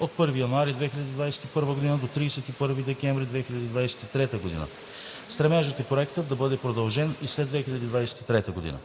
от 1 януари 2021 г. до 31 декември 2023 г. Стремежът е Проектът да бъде продължен и след 2023 г.